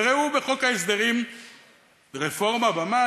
וראו בחוק ההסדרים רפורמה במס?